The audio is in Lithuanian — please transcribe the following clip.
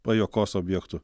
pajuokos objektu